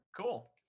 cool